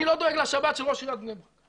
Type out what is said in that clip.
אני לא דואג לשבת של ראש עיריית בני ברק.